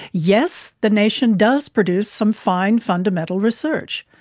yes, the nation does produce some fine fundamental research.